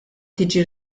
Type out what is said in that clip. tiġi